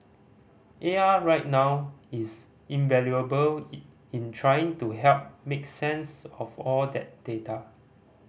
A I right now is invaluable in trying to help make sense of all that data